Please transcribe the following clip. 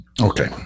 Okay